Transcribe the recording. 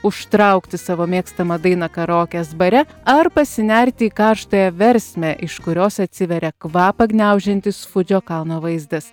užtraukti savo mėgstamą dainą karaokės bare ar pasinerti į karštąją versmę iš kurios atsiveria kvapą gniaužiantis fudžio kalno vaizdas